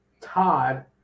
Todd